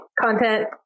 content